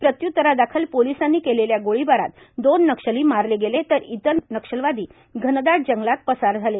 प्रत्य्तरादाखल पोलिसांनी केलेल्या गोळीबारात दोन नक्षली मारले गेले तर इतर नक्षलवादी घनदाट जंगलात पसार झाले